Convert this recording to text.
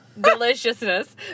deliciousness